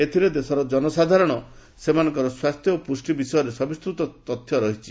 ଏଥିରେ ଦେଶର ଜନସାଧାରଣ ସେମାନଙ୍କର ସ୍ୱାସ୍ଥ୍ୟ ଓ ପୁଷ୍ଟି ବିଷୟରେ ସବିସ୍ତୃତ ତଥ୍ୟ ରହିଛି